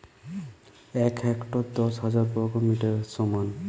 এক হেক্টর দশ হাজার বর্গমিটারের সমান